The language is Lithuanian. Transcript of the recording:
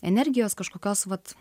energijos kažkokios vat